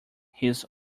his